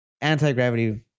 anti-gravity